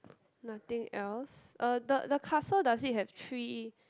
nothing else uh the the castle does it have three